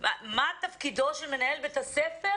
מה תפקידו של מנהל בית הספר